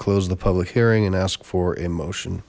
close the public hearing and ask for a motion